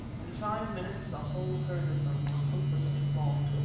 in five minutes the whole herd of them were hopelessly bogged,